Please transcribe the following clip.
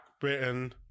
Britain